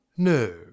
No